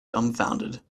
dumbfounded